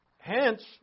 Hence